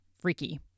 freaky